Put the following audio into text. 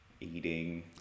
eating